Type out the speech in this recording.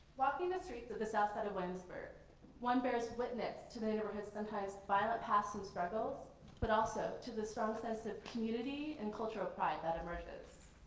the and streets of the southside of williamsburg one bears witness to the neighborhood's sometimes violent past and struggles but also to the strong sense of community and culture pride that emerges.